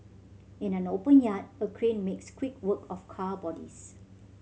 in an open yard a crane makes quick work of car bodies